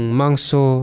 mangso